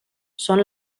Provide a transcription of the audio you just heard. són